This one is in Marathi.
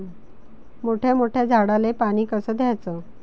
मोठ्या मोठ्या झाडांले पानी कस द्याचं?